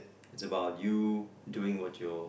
is about you doing on your